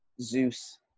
Zeus